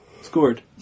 scored